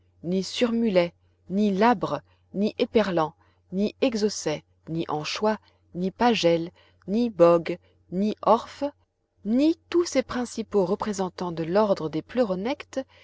ni surmulets ni labres ni éperlans ni exocets ni anchois ni pagels ni bogues ni orphes ni tous ces principaux représentants de l'ordre des pleuronectes les